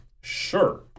Sure